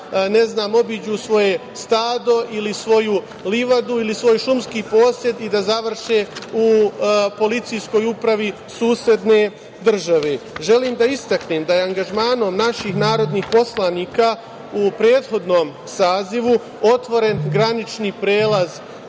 idu da obiđu svoje stado ili svoju livadu ili svoj šumski posed i da završe u policijskoj upravi susedne države. Želim da istaknem da je angažmanom naših narodnih poslanika u prethodnom sazivu otvoren granični prelaz